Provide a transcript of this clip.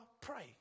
pray